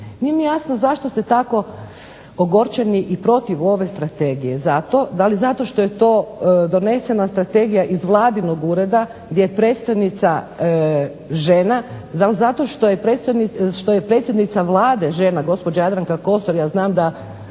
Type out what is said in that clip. nije mi jasno zašto ste tako ogorčeni i protiv ove strategije. Da li zato što je to donesena strategija iz Vladinog ureda gdje predstojnica žena, da li zato što je predsjednica Vlade žena, gospođa Jadranka Kosor, ja znam da